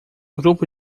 grupo